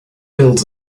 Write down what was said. builds